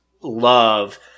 love